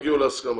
הגיעו להסכמה.